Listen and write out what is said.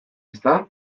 ezta